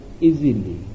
easily